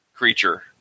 creature